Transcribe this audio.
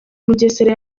mugesera